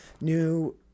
new